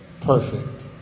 perfect